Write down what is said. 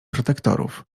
protektorów